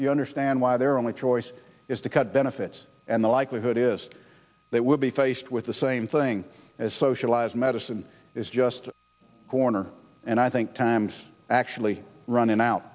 you understand why their only choice is to cut benefits and the likelihood is that would be faced with the same thing as socialized medicine is just corner and i think times actually running out